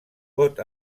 pot